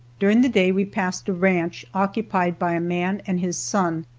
during the day we passed a ranch, occupied by a man and his son,